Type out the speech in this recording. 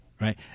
Right